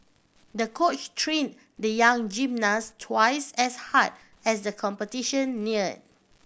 the coach train the young gymnast twice as hard as the competition near